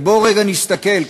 ובואו רגע נסתכל,